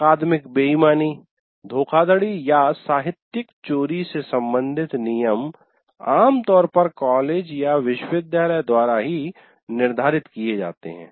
अकादमिक बेईमानी धोखाधड़ी या साहित्यिक चोरी से संबंधित नियम आमतौर पर कॉलेज या विश्वविद्यालय द्वारा ही निर्धारित किए जाते हैं